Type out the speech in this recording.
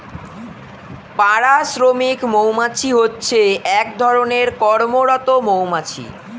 পাড়া শ্রমিক মৌমাছি হচ্ছে এক ধরণের কর্মরত মৌমাছি